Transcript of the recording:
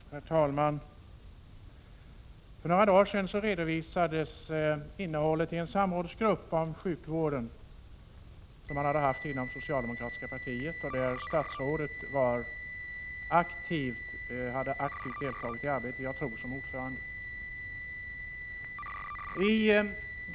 Herr talman! För några dagar sedan redovisades innehållet i en rapport från en samrådsgrupp för sjukvården som arbetat inom det socialdemokratiska partiet. I det arbetet deltog statsrådet aktivt, jag tror som ordförande.